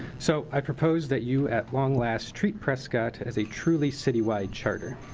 so i propose that you at long last treat prescott as a truly city-wide charter.